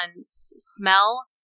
smell